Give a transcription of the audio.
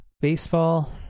Baseball